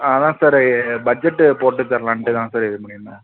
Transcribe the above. அதுதான் சார் எ பட்ஜெட்டு போட்டு தரலான்ட்டு தான் சார் இது பண்ணிருந்தேன்